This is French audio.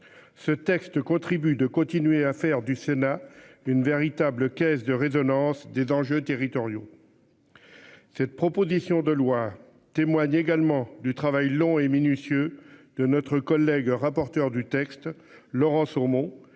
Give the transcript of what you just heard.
Ce texte contribuent de continuer à faire du Sénat d'une véritable caisse de résonance des d'enjeux territoriaux. Cette proposition de loi, témoigne également du travail long et minutieux de notre collègue, rapporteur du texte, Laurence homos